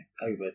over